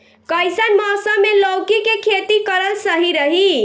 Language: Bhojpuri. कइसन मौसम मे लौकी के खेती करल सही रही?